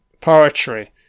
poetry